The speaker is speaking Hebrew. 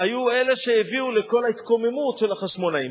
היו אלה שהביאו לכל ההתקוממות של החשמונאים: